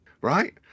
right